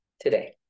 today